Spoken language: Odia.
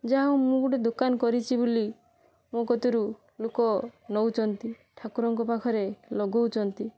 ଯାହାହଉ ମୁଁ ଗୋଟେ ଦୋକାନ କରିଛି ବୋଲି ମୋ କତୁରୁ ଲୋକ ନଉଛନ୍ତି ଠାକୁରଙ୍କ ପାଖରେ ଲଗଉଛନ୍ତି